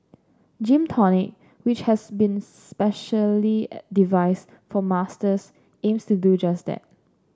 Gym Tonic which has been specially devised for Masters aims to do just that